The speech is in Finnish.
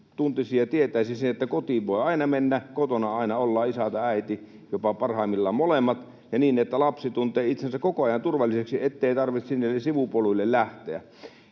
tuntisi ja tietäisi sen, että kotiin voi aina mennä, kotona aina ollaan, isä tai äiti, parhaimmillaan jopa molemmat, ja niin, että lapsi tuntee olonsa koko ajan turvalliseksi, ettei tarvitse niille sivupoluille lähteä.